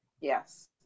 Yes